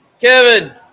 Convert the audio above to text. Kevin